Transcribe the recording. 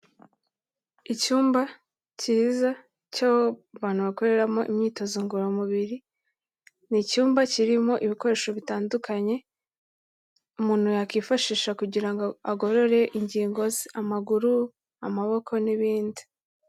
Icyumba cyiza cyo abantu bakoreramo imyitozo ngororamubiri, ni icyumba kirimo ibikoresho bitandukanye, umuntu yakwifashisha kugira ngo agorore ingingo ze. Amaguru, amaboko n'ibindi.